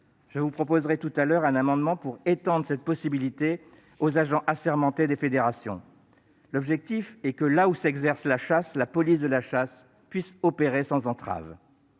Je vous proposerai tout à l'heure un amendement visant à étendre cette possibilité aux agents assermentés des fédérations. L'objectif est que, là où s'exerce la chasse, la police de la chasse puisse opérer sans entrave.